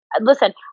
listen